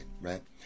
right